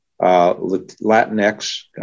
Latinx